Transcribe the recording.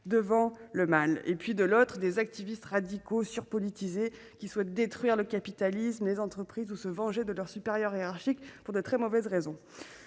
d'autres voient en eux des activistes radicaux surpolitisés, qui souhaitent détruire le capitalisme, les entreprises ou se venger de leur supérieur hiérarchique pour de très mauvaises raisons.